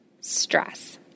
stress